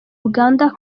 uganda